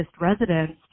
residents